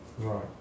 Right